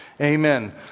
Amen